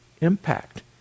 impact